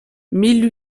mille